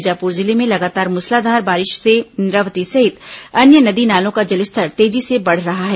बीजापुर जिले में लगातार मूसलाधार बारिश से इंद्रावती सहित अन्य नदी नालों का जलस्तर तेजी से बढ़ रहा है